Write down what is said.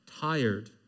tired